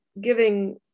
giving